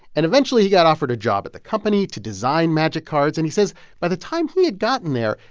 and eventually, he got offered a job at the company to design magic cards. and he says by the time he had gotten there,